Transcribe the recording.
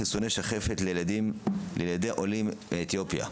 חיסוני שחפת לילדי עולים מאתיופיה.